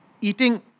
eating